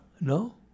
No